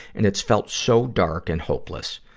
and it's felt so dark and hopeless.